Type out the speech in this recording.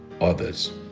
others